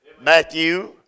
Matthew